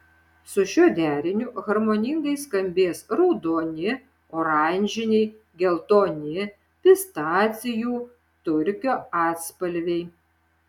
su šiuo deriniu harmoningai skambės raudoni oranžiniai geltoni pistacijų turkio atspalviai